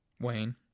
Wayne